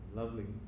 lovely